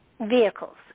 vehicles